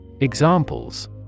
Examples